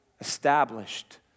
established